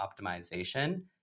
optimization